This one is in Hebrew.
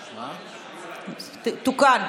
תוקן.